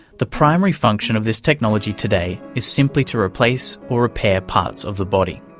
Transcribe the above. the primary function of this technology today is simply to replace or repair parts of the body.